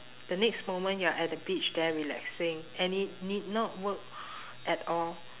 the next moment you're at the beach there relaxing and ne~ need not work at all